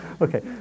Okay